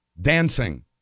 dancing